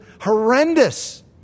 horrendous